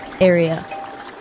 area